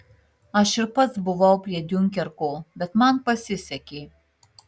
aš ir pats buvau prie diunkerko bet man pasisekė